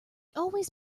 always